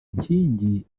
nkingi